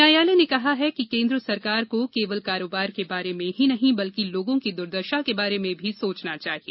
न्यायालय ने कहा कि केंद्र सरकार को केवल कारोबार के बारे में ही नहीं बल्कि लोगों की दूर्दशा के बारे में भी सोचना चाहिए